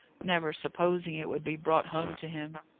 never supposing it would be brought home to him.